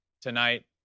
tonight